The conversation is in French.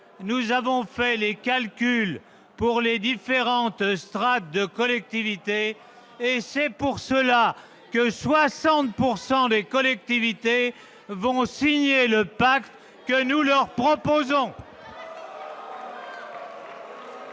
nous avons fait les calculs pour les différentes strates de collectivités, et c'est pour cela que 60 % des collectivités vont signer le pacte que nous leur proposons.